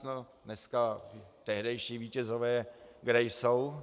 No, dneska, tehdejší vítězové kde jsou?